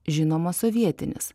žinoma sovietinis